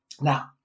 Now